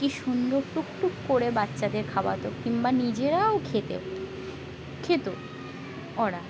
কী সুন্দর টুকটুক করে বাচ্চাদের খাওয়াতো কিংবা নিজেরাও খেত খেতো ওরা